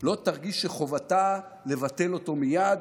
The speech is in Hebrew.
לא תרגיש שחובתה לבטל אותו מייד.